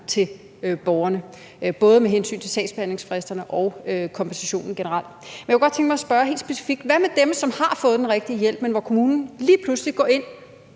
til borgerne, både med hensyn til sagsbehandlingsfristerne og kompensationen generelt. Men jeg kunne godt tænke mig at spørge helt specifikt: Hvad med dem, som har fået den rigtige hjælp, men hvor kommunen lige pludselig går ind